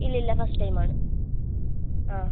ഇല്ലില്ല first time ആണ് ആ